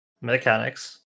mechanics